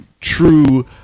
true